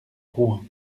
rouen